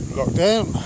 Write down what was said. lockdown